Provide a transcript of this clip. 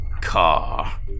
car